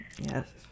Yes